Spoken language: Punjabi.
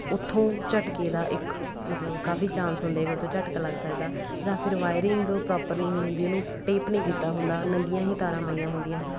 ਉੱਥੋਂ ਝੱਟਕੇ ਦਾ ਇੱਕ ਮਤਲਬ ਕਾਫੀ ਚਾਂਸ ਹੁੰਦੇ ਹੈ ਕਿ ਉੱਥੇ ਝੱਟਕਾ ਲੱਗ ਸਕਦਾ ਜਾਂ ਫਿਰ ਵਾਇਰਿੰਗ ਪ੍ਰੋਪਰ ਨਹੀਂ ਹੋਈ ਹੁੰਦੀ ਉਹਨੂੰ ਟੇਪ ਨਹੀਂ ਕੀਤਾ ਹੁੰਦਾ ਨੰਗੀਆਂ ਹੀ ਤਾਰਾਂ ਪਈਆਂ ਹੁੰਦੀਆਂ